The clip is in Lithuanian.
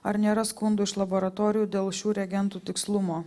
ar nėra skundų iš laboratorijų dėl šių reagentų tikslumo